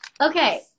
Okay